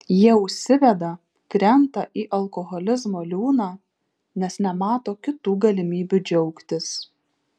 jie užsiveda krenta į alkoholizmo liūną nes nemato kitų galimybių džiaugtis